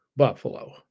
Buffalo